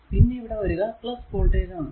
പിന്നെ ഇവിടെ വരിക വോൾടേജ് ആണ്